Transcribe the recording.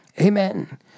Amen